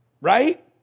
Right